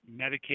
Medicaid